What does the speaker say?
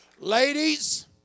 Ladies